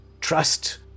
trust